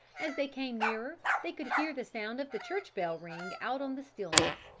as they came nearer they could hear the sound of the church bell ring out on the stillness,